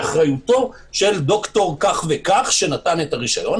באחריותו של ד"ר כך וכך שנתן את הרשיון.